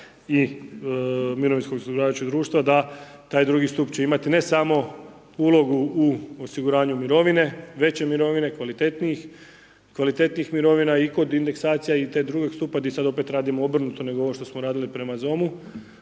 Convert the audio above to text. i mirovinskog osiguravajućeg društva da taj drugi stup će imati ne samo ulogu u osiguranju mirovine, veće mirovine, kvalitetnijih, kvalitetnijih mirovina i kod indeksacija i te drugog stupa gdje sad opet radimo obrnuto nego ono što smo radili prema ZOMU